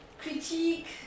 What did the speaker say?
Critique